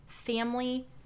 family